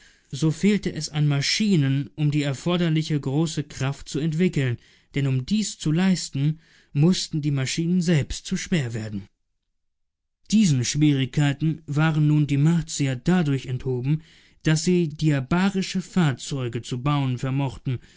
so fehlte es an maschinen um die erforderliche große kraft zu entwickeln denn um dies zu leisten mußten die maschinen selbst zu schwer werden diesen schwierigkeiten waren nun die martier dadurch enthoben daß sie diabarische fahrzeuge zu bauen vermochten